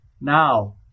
Now